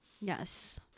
Yes